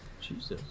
Jesus